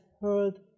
heard